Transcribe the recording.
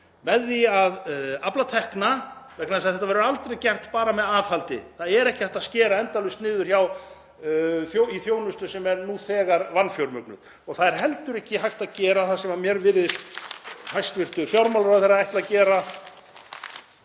með því að afla tekna, vegna þess að þetta verður aldrei gert bara með aðhaldi. Það er ekki hægt að skera endalaust niður í þjónustu sem er nú þegar vanfjármögnuð. Það er heldur ekki hægt að gera það sem mér virðist hæstv. fjármálaráðherra ætla að gera,